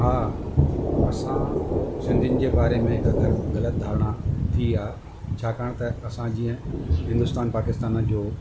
हा असां सिंधियुनि जे बारे मे हिकु ग ग़लति धारणा थी आहे छाकाणि त असां जीअं हिंदुस्तान पाकिस्तान जो